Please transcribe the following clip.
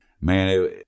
man